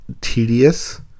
Tedious